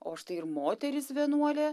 o štai ir moterys vienuolė